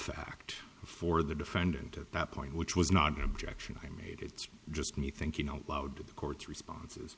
fact for the defendant at that point which was not an objection i made it's just me thinking out loud to the court's responses